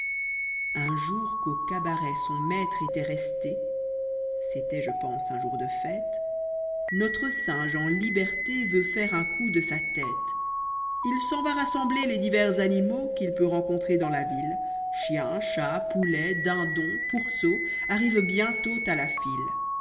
un jour qu'au cabaret son maître étoit resté c'était je pense un jour de fête notre singe en hberté veut faire un coup de sa tête fç fables il s'en va rassembler les divers animaux qu'il peut rencontrer dans la ville j chiens chats poulets dindons pourceaux arriventbïentôt à la file